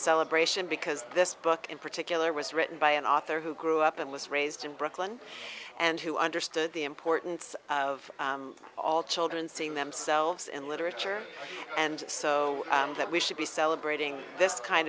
celebration because this book in particular was written by an author who grew up in was raised in brooklyn and who understood the importance of all children seeing themselves in literature and so that we should be celebrating this kind